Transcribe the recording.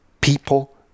people